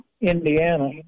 Indiana